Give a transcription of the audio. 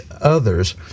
others